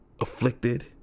afflicted